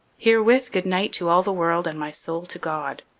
herewith good-night to all the world and my soul to god